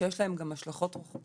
שיש להם גם השלכות רוחביות,